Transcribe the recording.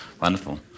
Wonderful